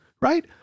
right